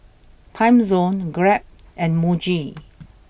Timezone Grab and Muji